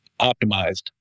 optimized